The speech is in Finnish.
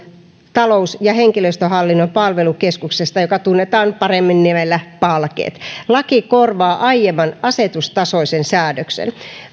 talous ja henkilöstöhallinnon palvelukeskuksesta joka tunnetaan paremmin nimellä palkeet laki korvaa aiemman asetustasoisen säädöksen